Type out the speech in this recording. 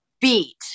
beat